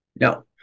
No